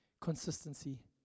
consistency